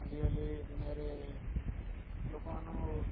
ଆଜିକାଲି ଦୁନିଆରେ ଲୋକମାନଙ୍କୁ